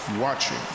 watching